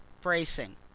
bracing